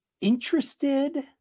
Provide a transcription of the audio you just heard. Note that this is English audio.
interested